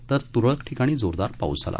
तर त्रळक ठिकाणी जोरदार पाऊस झाला